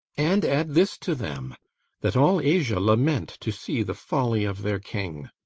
and add this to them that all asia lament to see the folly of their king.